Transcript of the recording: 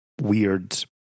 weird